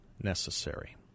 necessary